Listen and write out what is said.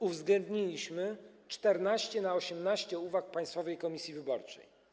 Uwzględniliśmy 14 na 18 uwag Państwowej Komisji Wyborczej.